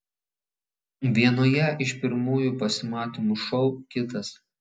vienoje iš pirmųjų pasimatymų šou kitas